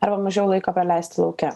arba mažiau laiko praleisti lauke